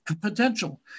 potential